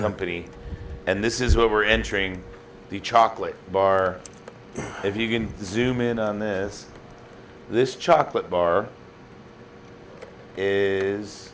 company and this is what we're entering the chocolate bar if you can zoom in on this this chocolate bar is